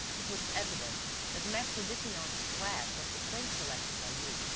it was evident that maitre detinan's flat was the place selected by you,